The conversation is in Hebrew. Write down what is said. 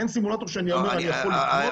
אין סימולטור שאני אומר שאני יכול לקנות,